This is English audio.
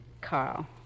Carl